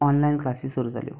online क्लासी सूरू जाल्यो